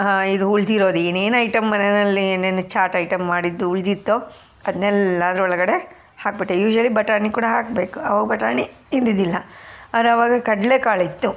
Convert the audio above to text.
ಇದು ಉಳಿದಿರೋದು ಏನೇನು ಐಟಮ್ ಮನೆಯಲ್ಲಿ ಏನೇನು ಚಾಟ್ ಐಟಮ್ ಮಾಡಿದ್ದು ಉಳಿದಿತ್ತೋ ಅದನ್ನೆಲ್ಲ ಅದ್ರ ಒಳಗಡೆ ಹಾಕಿಬಿಟ್ಟೆ ಯೂಶಲಿ ಬಟಾಣಿ ಕೂಡ ಹಾಕಬೇಕು ಆವಾಗ ಬಟಾಣಿ ಇದ್ದಿದ್ದಿಲ್ಲ ಆದರೆ ಆವಾಗ ಕಡ್ಲೆಕಾಳು ಇತ್ತು